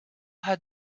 had